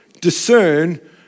discern